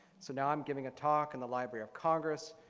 so now i'm giving a talk in the library of congress.